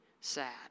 sad